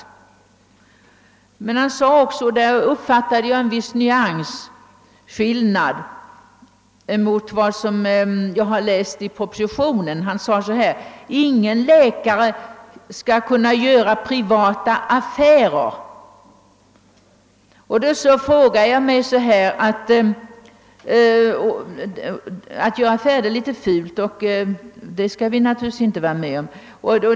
Socialministern sade emellertid också — och där uppfattade jag en viss nyansskillnad i förhållande till vad jag har läst i propositionen — att ingen läkare skall kunna göra privata affärer på sjukhusen. Att göra affärer är litet fult, och det skall vi inte vara med om.